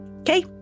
Okay